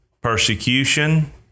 persecution